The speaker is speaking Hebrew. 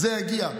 זה יגיע.